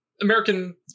American